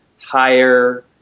higher